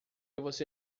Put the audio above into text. você